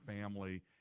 family